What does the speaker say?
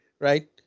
right